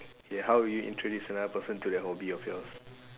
K how will you introduce another person to that hobby of yours